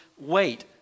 Wait